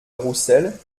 roussel